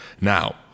Now